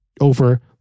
over